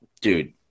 Dude